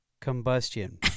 Combustion